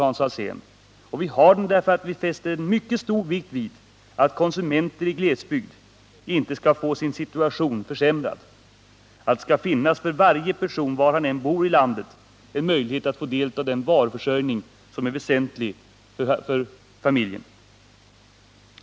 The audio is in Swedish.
Det har vi därför att vi fäster mycket stor vikt vid att konsumenter i glesbygd inte skall få sin situation försämrad utan att det för var och en i landet — var han än bor — skall finnas möjlighet att få del av den varuförsörjning som är väsentlig för familjen.